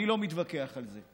אני לא מתווכח על זה.